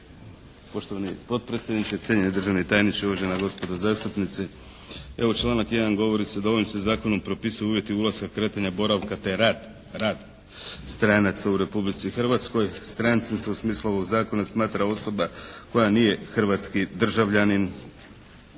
Poštovani potpredsjedniče, cijenjeni državni tajniče, uvažena gospodo zastupnici. Evo članak 1. govori se da ovim se Zakonom se propisuju uvjeti ulaska, kretanja, boravka te rad stranaca u Republici Hrvatskoj. Strancem se u smislu ovog Zakona smatra osoba koja nije hrvatski državljanin